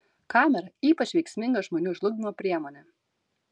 kamera ypač veiksminga žmonių žlugdymo priemonė